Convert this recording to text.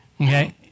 Okay